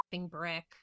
brick